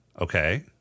Okay